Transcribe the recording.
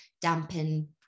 dampen